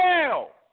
hell